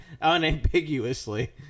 unambiguously